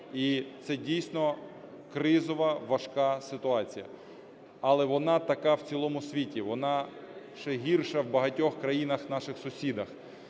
і це, дійсно, кризова, важка ситуація. Але вона така в цілому світі. Вона ще гірша у багатьох країнах наших сусідів.